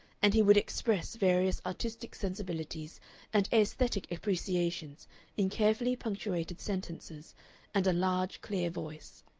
and he would express various artistic sensibilities and aesthetic appreciations in carefully punctuated sentences and a large, clear voice.